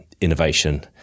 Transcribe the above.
innovation